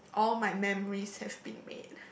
all my memories have been made